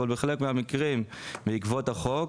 אבל בחלק מהמקרים בעקבו החוק